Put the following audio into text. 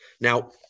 Now